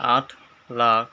আঠ লাখ